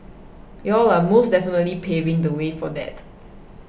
y'all are most definitely paving the way for that